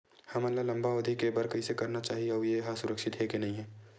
हमन ला लंबा अवधि के बर कइसे करना चाही अउ ये हा सुरक्षित हे के नई हे?